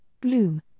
Bloom